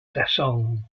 tazón